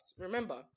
Remember